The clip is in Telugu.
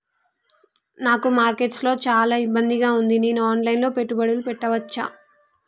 నాకు మార్కెట్స్ లో చాలా ఇబ్బందిగా ఉంది, నేను ఆన్ లైన్ లో పెట్టుబడులు పెట్టవచ్చా?